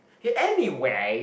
anyway